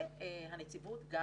הנציבות גם